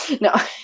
no